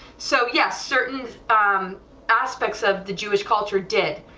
so yes certain um aspects of the jewish culture did.